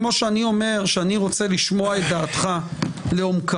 כשאני אומר שאני רוצה לשמוע את דעתך לעומקה